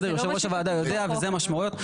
יושב ראש הוועדה יודע וזה המשמעויות.